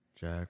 Jack